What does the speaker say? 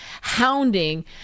hounding